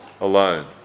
alone